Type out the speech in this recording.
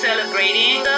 Celebrating